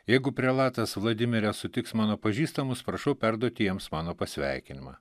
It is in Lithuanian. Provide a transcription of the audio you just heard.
jeigu prelatas vladimire sutiks mano pažįstamus prašau perduoti jiems mano pasveikinimą